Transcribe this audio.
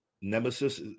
Nemesis